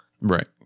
right